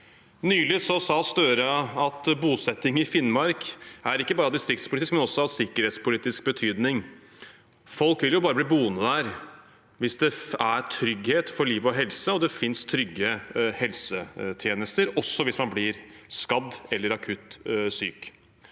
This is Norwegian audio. Nylig sa Støre at bosetting i Finnmark ikke bare er av distriktspolitisk betydning, men også av sikkerhetspolitisk betydning. Folk vil jo bare bli boende der hvis det er trygghet for liv og helse og det fins trygge helsetjenester – også hvis man blir skadd eller akutt syk.